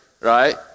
right